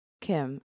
Kim